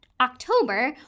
October